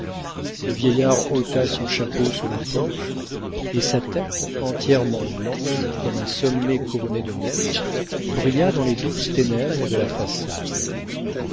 le vieillard ôta son chapeau sous le porche et sa tête entièrement blanche comme un sommet couronné de neige brilla dans les douces ténèbres de la façade